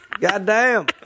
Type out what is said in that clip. Goddamn